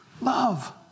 love